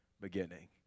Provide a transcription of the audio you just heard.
beginning